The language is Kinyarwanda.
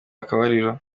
akabariro